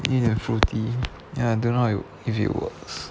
the fruity ya don't know how if it works